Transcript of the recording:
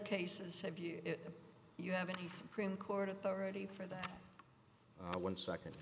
cases have you you have any supreme court authority for that one second